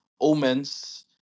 omens